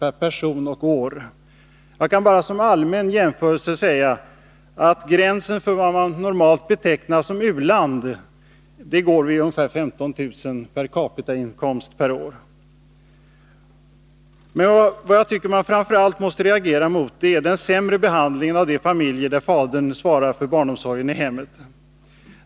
per person och år. Jag vill bara som jämförelse säga att gränsen för vad man normalt betecknar som u-land går ungefär vid en per capita-inkomst på 15 000 kr. per år. Vad man framför allt måste reagera mot är den sämre behandlingen av de familjer där fadern svarar för barnomsorgen i hemmet.